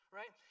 right